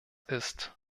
ist